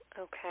Okay